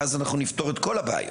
ואז אנחנו יכולים לפתור את כל הבעיות,